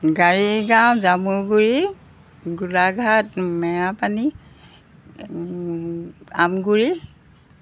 Garigaon Jamuguri Golaghat Merapani Amguri